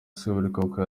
seburikoko